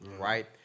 right